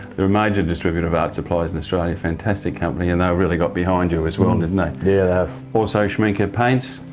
they are a major distributor of art supplies in australia. fantastic company and they really got behind you as well, didn't like they? yeah, they have. also, schmincke and paints,